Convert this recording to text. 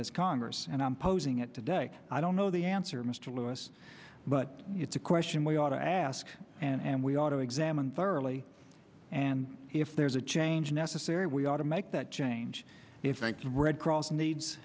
this congress and i'm posing it today i don't know the answer mr lewis but it's a question we ought to ask and we ought to examine thoroughly and if there's a change necessary we ought to make that change if thanks red cross needs